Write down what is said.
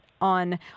on